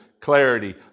clarity